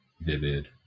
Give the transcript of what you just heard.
vivid